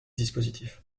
dispositif